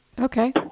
Okay